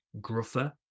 gruffer